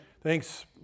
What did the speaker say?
Thanks